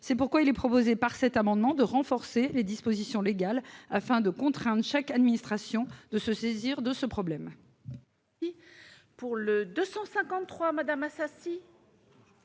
d'origine. Nous proposons, par cet amendement, de renforcer les dispositions légales, afin de contraindre chaque administration à se saisir de ce problème.